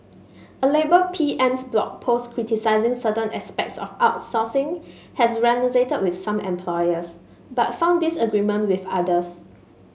a labour PM's Blog Post criticising certain aspects of outsourcing has resonated with some employers but found disagreement with others